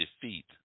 defeat